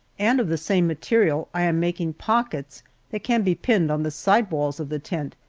and of the same material i am making pockets that can be pinned on the side walls of the tent,